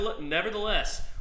nevertheless